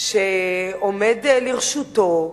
שעומד לרשותו,